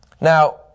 Now